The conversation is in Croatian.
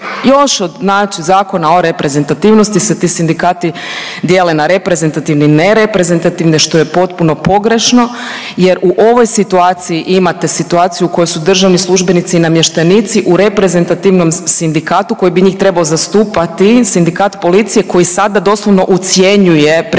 još od znači Zakona o reprezentativnosti se ti sindikati dijele na reprezentativne i ne reprezentativne što je potpuno pogrešno jer u ovoj situaciji imate situaciju u kojoj su državni službenici i namještenici u reprezentativnom sindikatu koji bi njih trebao zastupati Sindikat policije koji sada doslovno ucjenjuje premijera